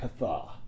katha